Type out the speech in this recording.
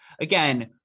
again